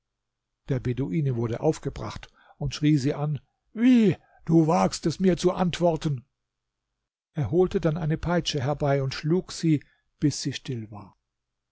der beduine wurde aufgebracht und schrie sie an wie du wagst es mir zu antworten er holte dann eine peitsche herbei und schlug sie bis sie still war